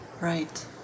Right